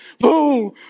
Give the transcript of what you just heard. boom